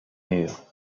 murs